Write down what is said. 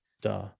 duh